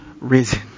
risen